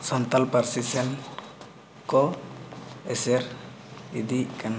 ᱥᱟᱱᱛᱟᱲ ᱯᱟᱹᱨᱥᱤ ᱥᱮᱫ ᱠᱚ ᱮᱥᱮᱨ ᱤᱫᱤᱜ ᱠᱟᱱᱟ